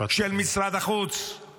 של משרד החוץ -- משפט אחרון.